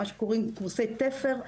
מה שקוראים קורסי תפר,